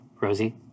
Rosie